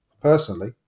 personally